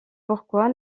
pourquoi